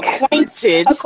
acquainted